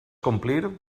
complir